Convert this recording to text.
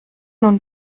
nun